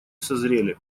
созрели